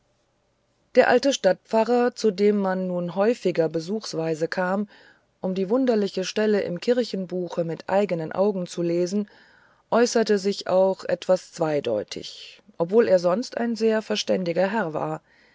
der alte stadtpfarrer zu dem man nun häufiger besuchsweise kam um die wunderliche stelle im kirchenbuche mit eigenen augen zu lesen äußerte sich auch etwas zweideutig obwohl er sonst ein sehr verständiger herr war